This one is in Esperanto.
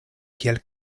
kiel